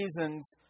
reasons